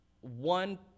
one